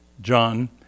John